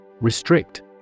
Restrict